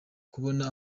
kubona